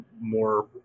more